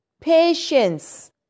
patience